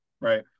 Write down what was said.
right